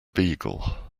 beagle